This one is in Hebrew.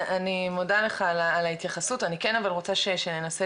אני מודה לך על ההתייחסות אני כן אבל רוצה שננסה